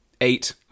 Eight